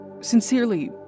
Sincerely